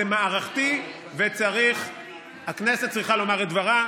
זה מערכתי, והכנסת צריכה לומר את דברה.